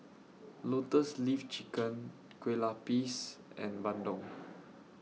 Lotus Leaf Chicken Kue Lupis and Bandung